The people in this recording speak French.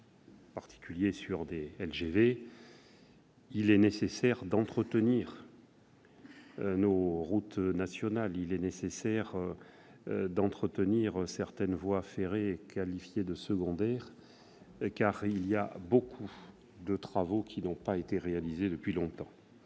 à grande vitesse, il est nécessaire d'entretenir nos routes nationales, il est nécessaire d'entretenir certaines voies ferrées qualifiées de « secondaires », car beaucoup de travaux n'ont pas été réalisés depuis longtemps.